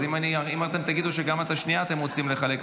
אז אם תגידו שגם את השנייה אתם רוצים לחלק,